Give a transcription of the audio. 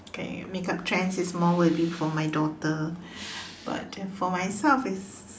okay makeup trends is more worthy for my daughter but for myself is